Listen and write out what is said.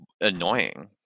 Annoying